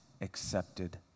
accepted